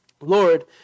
Lord